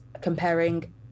comparing